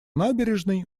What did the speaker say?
набережной